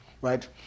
Right